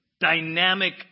dynamic